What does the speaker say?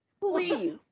Please